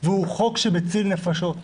והוא חוק שמציל נפשות.